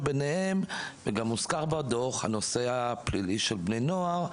שביניהן וגם מוזכר בדוח הנושא הפלילי של בני נוער,